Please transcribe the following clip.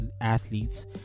athletes